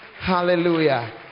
Hallelujah